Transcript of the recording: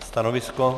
Stanovisko?